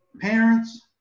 parents